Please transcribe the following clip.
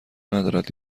ندارد